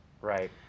Right